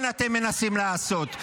מה כן אתם מנסים לעשות?